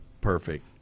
Perfect